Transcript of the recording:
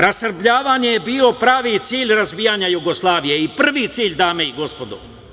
Rasrbljavanje je bio pravi cilj razbijanja Jugoslavije i prvi cilj, dame i gospodo.